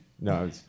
No